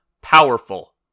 powerful